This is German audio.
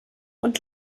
und